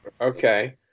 Okay